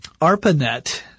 ARPANET